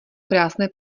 krásné